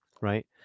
right